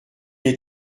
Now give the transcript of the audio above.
est